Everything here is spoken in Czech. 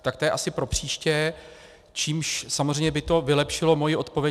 Tak to je asi propříště, čímž samozřejmě by to vylepšilo moji odpověď.